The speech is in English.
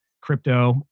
crypto